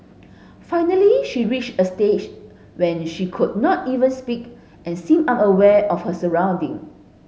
finally she reached a stage when she could not even speak and seemed unaware of her surrounding